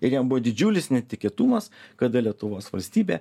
ir jiem buvo didžiulis netikėtumas kada lietuvos valstybė